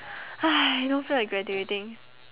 !hais! I don't feel like graduating